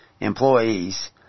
employees